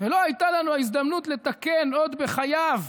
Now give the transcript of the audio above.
ולא הייתה לנו ההזדמנות לתקן עוד בחייו.